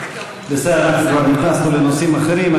בסדר, אנחנו כבר נכנסנו לנושאים אחרים.